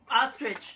ostrich